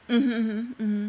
mm mm mm mmhmm